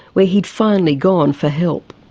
where he'd finally gone for help.